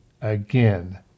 again